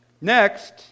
Next